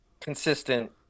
consistent